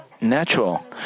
natural